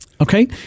Okay